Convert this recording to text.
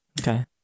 Okay